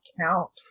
count